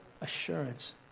assurance